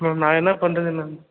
ma'am நான் என்ன பண்ணுறது மேம்